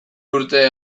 urte